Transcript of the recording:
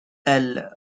elle